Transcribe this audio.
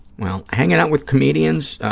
well, hanging out with comedians,